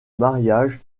mariage